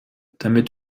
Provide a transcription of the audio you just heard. damit